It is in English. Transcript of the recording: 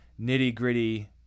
nitty-gritty